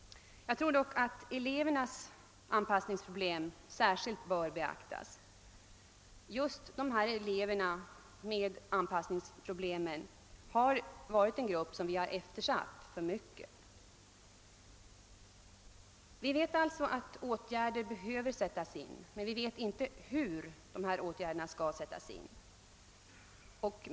Jag tror dock att elevernas anpassningsproblem särskilt bör beaktas. Just eleverna med anpassningsproblem har varit en grupp som vi eftersatt för mycket. Vi vet alltså att åtgärder behöver sättas in, men vi vet inte hur de skall sättas in.